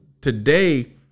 today